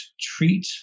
treat